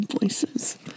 voices